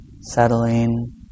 settling